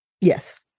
Yes